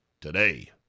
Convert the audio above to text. today